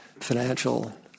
financial